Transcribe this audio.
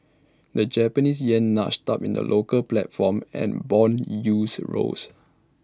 the Japanese Yen nudged up in the local platform and Bond yields rose